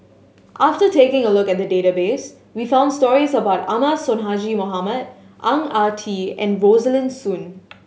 after taking a look at the database we found stories about Ahmad Sonhadji Mohamad Ang Ah Tee and Rosaline Soon